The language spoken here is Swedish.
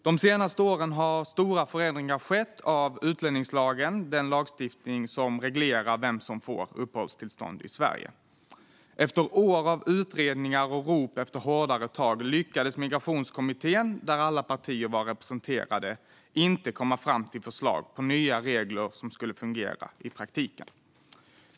De senaste åren har stora förändringar skett av utlänningslagen, den lagstiftning som reglerar vem som får uppehållstillstånd i Sverige. Efter år av utredningar och rop efter hårdare tag lyckades inte Migrationskommittén, där alla partier var representerade, komma fram till förslag på nya regler som skulle fungera i praktiken.